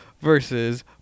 versus